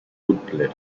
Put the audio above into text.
butler